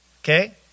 Okay